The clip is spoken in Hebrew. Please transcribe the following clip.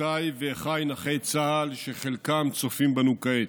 אחיותיי ואחיי נכי צה"ל, שחלקם צופים בנו כעת,